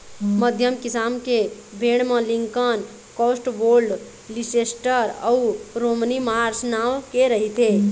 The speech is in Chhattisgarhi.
मध्यम किसम के भेड़ म लिंकन, कौस्टवोल्ड, लीसेस्टर अउ रोमनी मार्स नांव के रहिथे